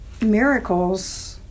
miracles